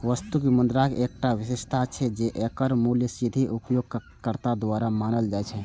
वस्तु मुद्राक एकटा विशेषता छै, जे एकर मूल्य सीधे उपयोगकर्ता द्वारा मानल जाइ छै